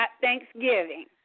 Thanksgiving